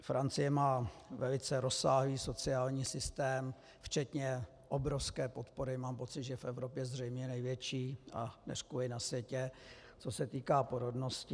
Francie má velice rozsáhlý sociální systém včetně obrovské podpory, mám pocit, že v Evropě zřejmě největší, neřkuli na světě, co se týká porodnosti.